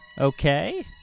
Okay